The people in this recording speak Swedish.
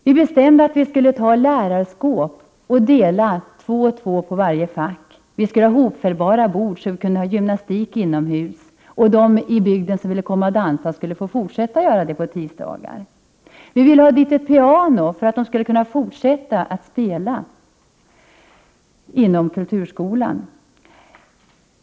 Vi bestämde att vi skulle ta lärarskåp och dela två och två på varje fack. Vi skulle ha hopfällbara bord, så att vi kunde ha gymnastik inomhus och så att de i bygden som ville kunde få fortsätta att dansa där på tisdagarna. Vi skulle ta dit ett piano, så att man skulle kunna fortsätta att spela inom kulturskolan.